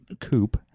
coupe